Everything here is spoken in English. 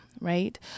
right